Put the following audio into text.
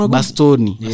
Bastoni